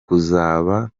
kuzaba